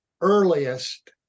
earliest